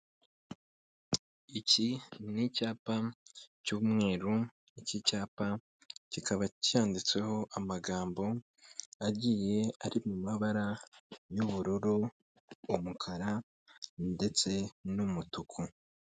Iki ni icyapa cy'umweru, iki cyapa kikaba cyanditseho amagambo agiye ari mu mabara y'ubururu, umukara ndetse n'umutuku.